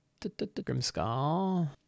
Grimskull